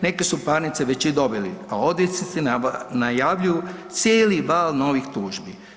Neke su parnice čak i dobili, a odvjetnici najavljuju cijeli val novih tužbi.